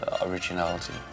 originality